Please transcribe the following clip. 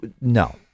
No